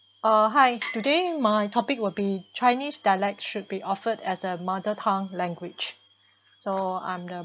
uh hi today my topic will be Chinese dialect should be offered as a mother tongue language so I'm the